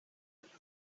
gibt